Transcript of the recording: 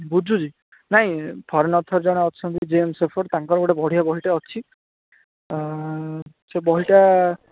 ବୁଝୁଛି ନାଇଁ foreign author ଜଣେ ଅଛନ୍ତି ଜେମସ ସୋଫର ତାଙ୍କର ଗୋଟିଏ ବଢ଼ିଆ ବହିଟେ ଅଛି ସେ ବହିଟା